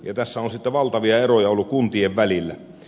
tässä on valtavia eroja ollut kuntien välillä